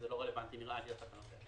זה לא נראה לי רלוונטי לתקנות האלה.